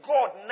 God